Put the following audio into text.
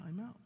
timeout